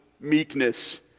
meekness